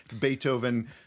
Beethoven